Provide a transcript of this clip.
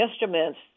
instruments